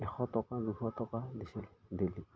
এশ টকা দুশ টকা দিছিল ডেইলি